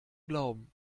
glauben